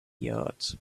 yards